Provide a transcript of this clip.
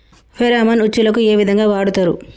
Pheromone ఉచ్చులకు ఏ విధంగా వాడుతరు?